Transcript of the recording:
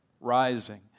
rising